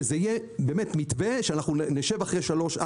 שזה יהיה מתווה שנשב אחרי שלושה,